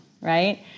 right